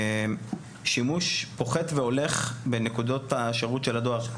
שימוש פוחת והולך בנקודות השירות של הדואר.